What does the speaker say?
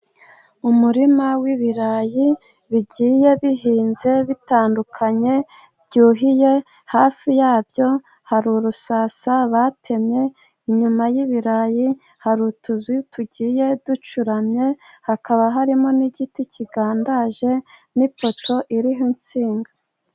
Umurima w'ibirayi bigiye bihinze bitandukanye byuhiye, hafi yabyo hari urusasa batemye, inyuma y'ibirayi hari utuzu tugiye ducuramye, hakaba harimo n'igiti kigandaje, n'ipoto iriho insinga.